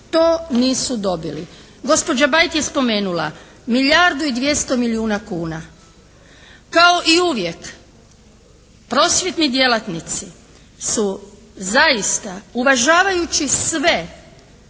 To nisu dobili. Gospođa Bajt je spomenula milijardu i 200 milijuna kuna. Kao i uvijek prosvjetni djelatnici su zaista uvažavajući sve